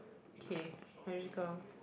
okay magical